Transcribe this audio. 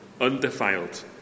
undefiled